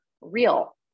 real